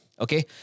Okay